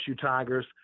Tigers